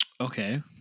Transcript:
Okay